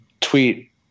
tweet